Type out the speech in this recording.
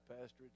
pastor